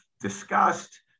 Discussed